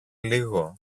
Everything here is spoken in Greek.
λίγο